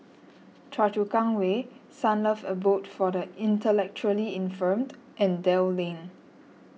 Choa Chu Kang Way Sunlove Abode for the Intellectually Infirmed and Dell Lane